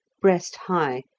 breast high,